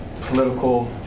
political